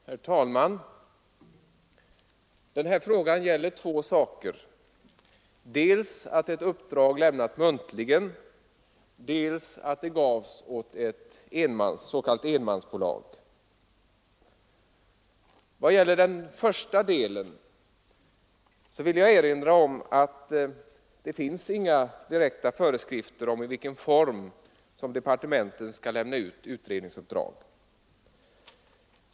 Herr talman! Den här frågan gäller två saker, dels att ett uppdrag lämnats muntligen, dels att det gavs åt ett s.k. enmansbolag. I vad gäller den första delen vill jag erinra om att det inte finns några direkta föreskrifter om i vilken form departementen skall lämna ut utredningsuppdrag.